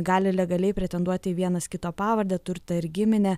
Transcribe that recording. gali legaliai pretenduoti į vienas kito pavardę turtą ir giminę